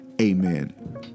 Amen